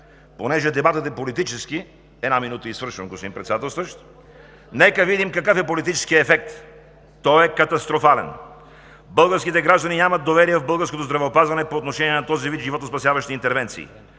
Председател, нека видим какъв е политическият ефект – той е катастрофален! Българските граждани нямат доверие в българското здравеопазване по отношение на този вид животоспасяващи интервенции.